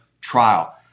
trial